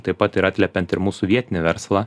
taip pat ir atliepiant ir mūsų vietinį verslą